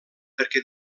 perquè